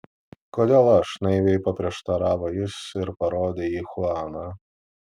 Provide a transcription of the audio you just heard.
kodėl aš naiviai paprieštaravo jis ir parodė į chuaną